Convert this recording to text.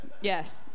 Yes